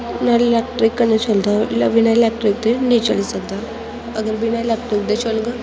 electric कन्नै चलदा बिना इलैक्ट्रिक दे नेईं चली सकदा अगर बिना इलैक्ट्रिक दे चलग